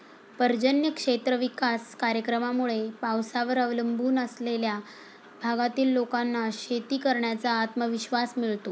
पर्जन्य क्षेत्र विकास कार्यक्रमामुळे पावसावर अवलंबून असलेल्या भागातील लोकांना शेती करण्याचा आत्मविश्वास मिळतो